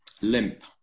limp